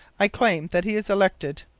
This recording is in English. i claim that he is elected.